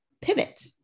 pivot